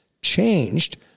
Changed